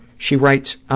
she writes,